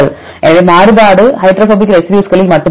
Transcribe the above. எனவே மாறுபாடு ஹைட்ரோபோபிக் ரெசிடியூஸ்களில் மட்டுமே உள்ளது